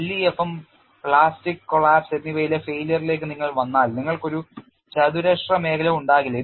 LEFM plastic collapse എന്നിവയിലെ failure ലേക്ക് നിങ്ങൾ വന്നാൽ നിങ്ങൾക്ക് ഒരു ചതുരശ്ര മേഖല ഉണ്ടാകില്ല